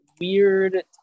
Weird